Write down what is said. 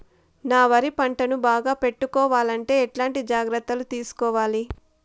నా వరి పంటను బాగా పెట్టుకోవాలంటే ఎట్లాంటి జాగ్రత్త లు తీసుకోవాలి?